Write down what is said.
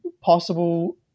possible